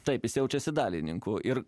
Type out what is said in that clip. taip jis jaučiasi dalininku ir